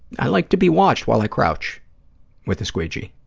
i like to be watched while i crouch with the squeegee.